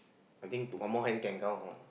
I think to one more hand can count all